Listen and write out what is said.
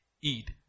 eat